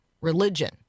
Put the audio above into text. religion